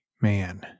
man